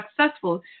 successful